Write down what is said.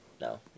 No